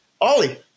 Ollie